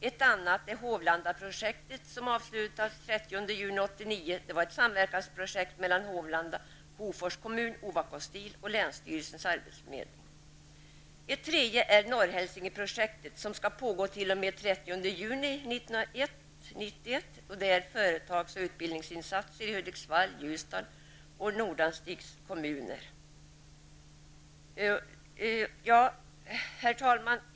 Ett annat är 1989. Det var ett samverkansprojekt mellan Ett tredje är Norrhälsingeprojektet, som skall pågå till den 30 juni 1991. Det gäller företags och utbildningsinsatser i Hudviksvall, Ljusdal och Herr talman!